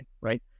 right